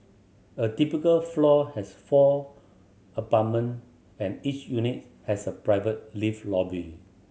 a typical floor has four apartment and each unit has a private lift lobby